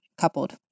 coupled